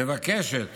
מבקשת